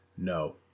No